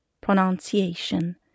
pronunciation